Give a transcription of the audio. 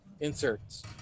inserts